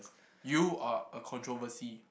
you are a controversy